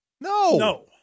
No